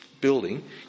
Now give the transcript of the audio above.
building